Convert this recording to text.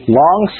long